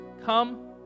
Come